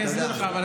אני אסביר לך.